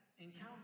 encounter